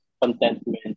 contentment